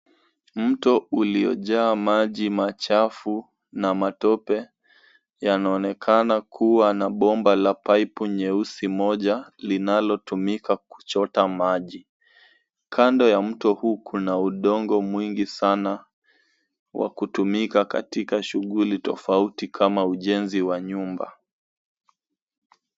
Mto uliojaa maji machafu na matope yanaonekana kuwa na bomba la paipu nyeusi linalotumika kuchota maji. Kando ya mto huu kuna udongo mwingi sana wa kutumika katika shughuli tofauti kama ujenzi wa nyumba.